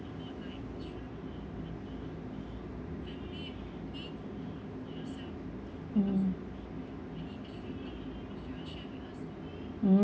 mmhmm mm